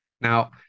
Now